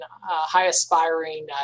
high-aspiring